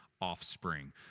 offspring